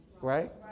right